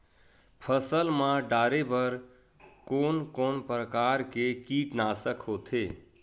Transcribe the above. फसल मा डारेबर कोन कौन प्रकार के कीटनाशक होथे?